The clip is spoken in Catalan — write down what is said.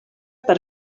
per